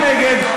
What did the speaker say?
אתם תצביעו נגד,